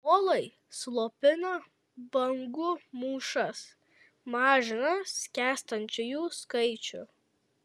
molai slopina bangų mūšas mažina skęstančiųjų skaičių